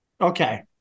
okay